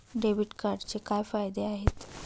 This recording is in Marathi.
डेबिट कार्डचे काय फायदे आहेत?